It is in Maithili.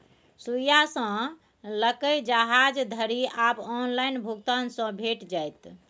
सुईया सँ लकए जहाज धरि आब ऑनलाइन भुगतान सँ भेटि जाइत